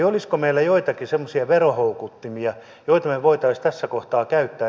olisiko meillä joitakin semmoisia verohoukuttimia joita me voisimme tässä kohtaa käyttää